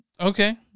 Okay